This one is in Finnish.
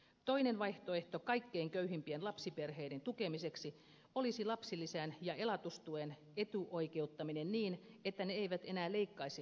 toinen vaihtoehto kaikkein köyhimpien lapsiperheiden tukemiseksi olisi lapsilisän ja elatustuen etuoikeuttaminen niin että ne eivät enää leikkaisi toimeentulotukea